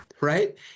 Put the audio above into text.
right